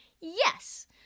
Yes